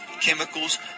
Chemicals